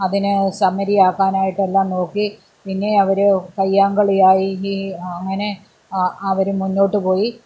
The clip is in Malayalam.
അതിനെ സമരിയാക്കാനായിട്ടെല്ലാം നോക്കി പിന്നേയും അവർ കയ്യാങ്കളിയായി ഈ അങ്ങനെ ആ അവർ മുന്നോട്ടുപോയി